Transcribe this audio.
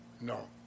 no